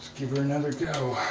give her another go